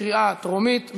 בקריאה טרומית.